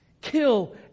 Kill